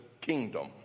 kingdom